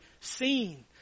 seen